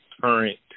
current